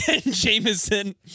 Jameson